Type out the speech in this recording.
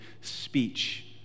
speech